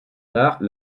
tard